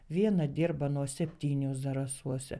viena dirba nuo septynių zarasuose